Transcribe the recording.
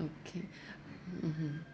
okay mmhmm